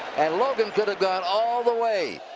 and logan could've gone all the way.